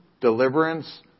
deliverance